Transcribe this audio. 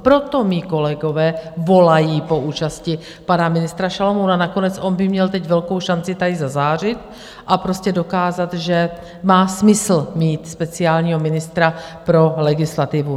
Proto mí kolegové volají po účasti pana ministra Šalomouna nakonec on by měl teď velkou šanci tady zazářit a dokázat, že má smysl mít speciálního ministra pro legislativu.